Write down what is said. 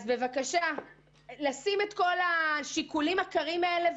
אני מבקשת שתשימו את השיקולים הקרים בצד